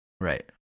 Right